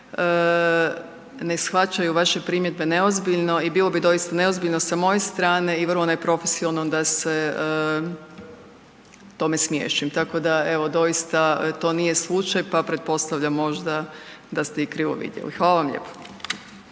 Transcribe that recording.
ne shvaćaju vaše primjedbe neozbiljno i bilo bi doista neozbiljno sa moje strane i vrlo neprofesionalno da se tome smiješim, tako da evo doista to nije slučaj pa pretpostavljam možda da ste i krivo vidjeli. Hvala vam lijepo.